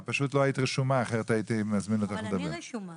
אני פניתי לבקש